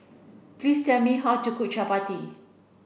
please tell me how to cook Chappati